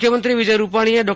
મુખ્યમંત્રી વિજય રૂપાણીએ ડો